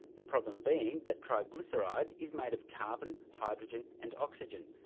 the problem being that triglyceride is made of carbon, hydrogen and oxygen,